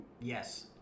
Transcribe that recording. Yes